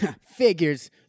Figures